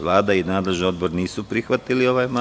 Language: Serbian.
Vlada i nadležni odbor nisu prihvatili ovaj amandman.